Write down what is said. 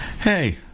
Hey